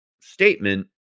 statement